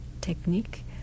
technique